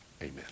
Amen